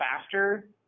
faster